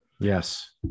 Yes